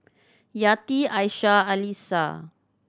Yati Aisyah Alyssa